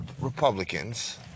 Republicans